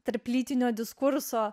tarp lytinio diskurso